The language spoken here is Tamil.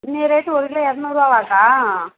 இன்றைய ரேட்டு ஒரு கிலோ இரநூறுவாவாக்கா